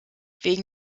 wegen